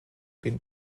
been